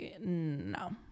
no